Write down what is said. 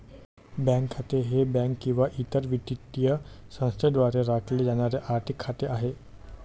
bank खाते हे bank किंवा इतर वित्तीय संस्थेद्वारे राखले जाणारे आर्थिक खाते आहे